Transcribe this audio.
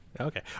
okay